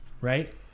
right